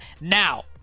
Now